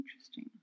Interesting